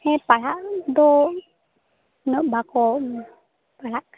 ᱦᱮᱸ ᱯᱟᱲᱦᱟᱜ ᱫᱚ ᱩᱱᱟᱜ ᱵᱟᱠᱚ ᱯᱟᱲᱦᱟᱜ